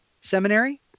Seminary